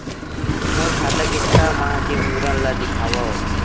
मोर खाता के छः माह के विवरण ल दिखाव?